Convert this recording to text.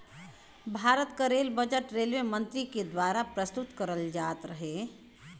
भारत क rail budget railway मंत्री के दवारा प्रस्तुत करल जात रहे